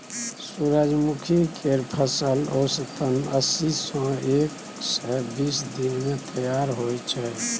सूरजमुखी केर फसल औसतन अस्सी सँ एक सय बीस दिन मे तैयार होइ छै